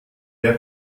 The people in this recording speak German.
der